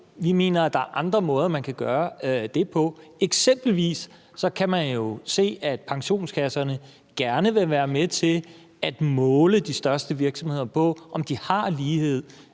Vi mener, at der er andre måder, man kan gøre det på. Eksempelvis kan man jo se, at pensionskasserne gerne vil være med til at måle de største virksomheder på, om de har lighed